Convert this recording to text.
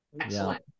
Excellent